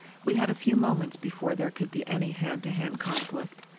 we had a few moments before there could be any hand-to-hand conflict.